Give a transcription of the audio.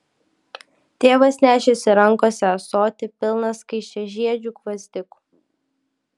tėvas nešėsi rankose ąsotį pilną skaisčiažiedžių gvazdikų